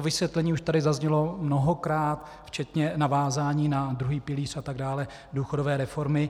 Vysvětlení už tady zaznělo mnohokrát včetně navázání na druhý pilíř důchodové reformy.